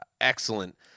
excellent